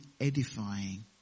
edifying